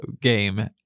game